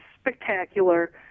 spectacular